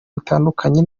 bitandukanye